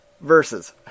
Versus